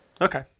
Okay